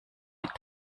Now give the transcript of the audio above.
mit